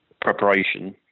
preparation